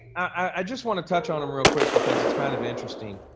i just wanna touch on them real quick because it's kind of interesting.